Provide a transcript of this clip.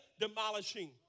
demolishing